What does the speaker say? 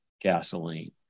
gasoline